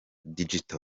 digital